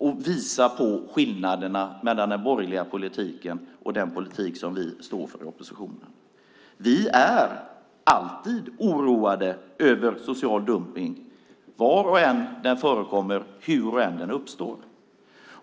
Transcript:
att visa skillnaderna mellan den borgerliga politiken och den politik som vi i oppositionen står för. Vi är alltid oroade över social dumpning var den än förekommer och hur den än uppstår.